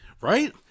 Right